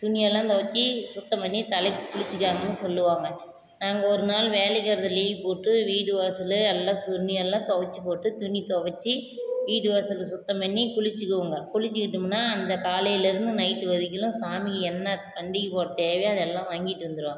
துணியெல்லாம் தொவைச்சி சுத்தம் பண்ணி தலைக்கு குளித்துக்க அப்படின்னு சொல்லுவாங்க நாங்கள் ஒரு நாள் வேலைக்கு வரதை லீவ் போட்டு வீடு வாசல் எல்லாம் துணி எல்லாம் தொவைச்சி போட்டு துணி தொவைச்சி வீடு வாசல் சுத்தம் பண்ணி குளித்துக்குவோங்க குளித்துக்கிட்டமுன்னா அந்த காலையிலேருந்து நைட்டு வரைக்கிலும் சாமி என்ன பண்டிகை தேவையோ அது எல்லாம் வாங்கிட்டு வந்துடுவாங்க